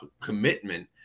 commitment